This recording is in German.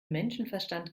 menschenverstand